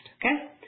okay